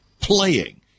playing